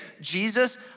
Jesus